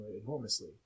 enormously